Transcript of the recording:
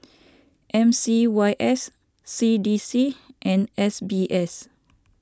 M C Y S C D C and S B S